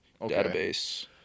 database